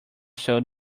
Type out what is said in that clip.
sold